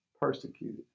persecuted